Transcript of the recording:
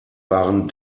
waren